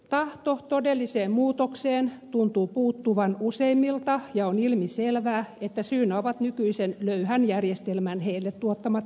tahto todelliseen muutokseen tuntuu puuttuvan useimmilta ja on ilmiselvää että syynä ovat nykyisen löyhän järjestelmän heille tuottamat hyödyt